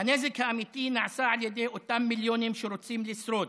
"הנזק האמיתי נעשה על ידי אותם מיליונים שרוצים 'לשרוד',